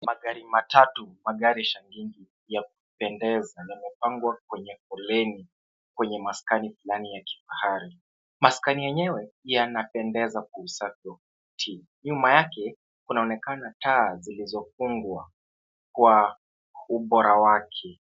Magari matatu, magari shangingi ya kupendeza yamepangwa kwenye foleni kwenye maskani fulani ya kifahari .Maskani yenyewe yanapendeza kwa usafi wa kutii ,nyuma yake kunaonekana taa zilizofungwa kwa ubora wake .